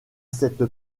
cette